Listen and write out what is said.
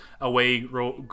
away